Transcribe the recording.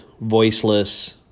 voiceless